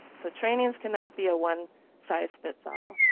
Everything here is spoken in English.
so trainings cannot be a one size fits all.